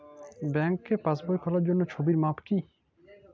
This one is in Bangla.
ব্যাঙ্কে পাসবই খোলার জন্য ছবির মাপ কী?